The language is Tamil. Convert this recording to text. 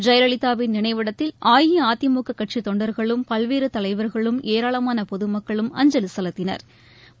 ஜெயலலிதாவின் நினைவிடத்தில் அஇஅதிமுக கட்சித்தொண்டர்களும் பல்வேறு தலைவர்களும் ஏராளமான பொதுமக்களும் அஞ்சலி செலுத்தினா்